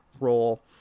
role